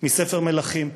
מספר מלכים,